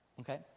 okay